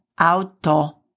auto